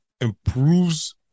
improves